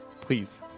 please